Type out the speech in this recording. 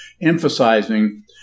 emphasizing